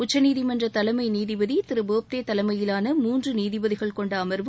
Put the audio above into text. உச்சநீதிமன்ற தலைமை நீதிபதி திரு போப்டே தலைமையிலான மூன்று நீதிபதிகள் கொண்ட அமர்வு